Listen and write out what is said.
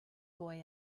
boy